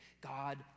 God